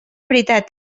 veritat